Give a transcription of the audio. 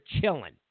chilling